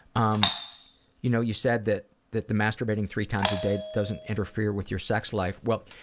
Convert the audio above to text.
um you know you said that that the masturbating three times a day doesn't interfere with your sex life. well,